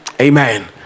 Amen